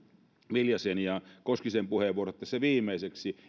viljasen ja koskisen puheenvuorot tässä viimeiseksi